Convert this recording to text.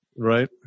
Right